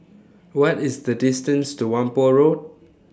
What IS The distance to Whampoa Road